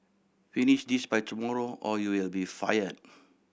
finish this by tomorrow or you will be fired